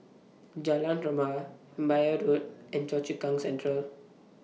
Jalan Rebana Imbiah Road and Choa Chu Kang Central